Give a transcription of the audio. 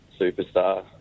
superstar